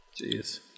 Jeez